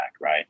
right